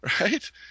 right